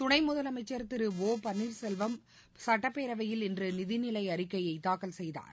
துணை முதலமைச்சர் திரு ஒ பள்ளீர்செல்வம் சட்டப்பேரவையில் இன்று நிதிநிலை அறிக்கையை தாக்கல் செய்தார்